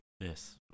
Yes